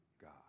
God